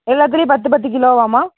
எல்லாத்துலேயும் பத்து பத்து கிலோவாம்மா